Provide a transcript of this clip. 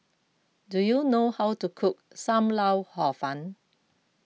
do you know how to cook Sam Lau Hor Fun